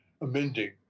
amending